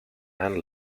and